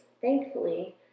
Thankfully